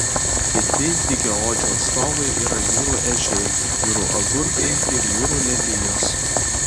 kiti dygiaodžių atstovai yra jūrų ežiai jūrų agurkai ir jūrų lelijos